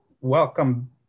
Welcome